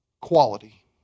quality